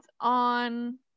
on